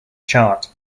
chart